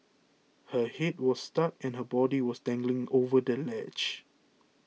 her head was stuck and her body was dangling over the ledge